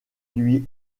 lui